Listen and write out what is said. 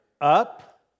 Up